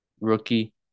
rookie